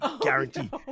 Guaranteed